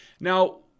Now